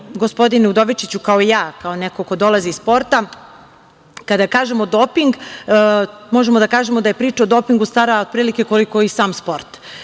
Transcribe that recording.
gospodine Udovičiću, kao i ja, kao neko ko dolazi iz sporta, kada kažemo doping, možemo da kažemo da je priča o dopingu stara otprilike koliko i sam sport.